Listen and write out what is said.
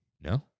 No